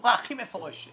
בצורה הכי מפורשת.